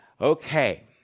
Okay